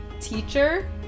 Teacher